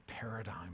paradigm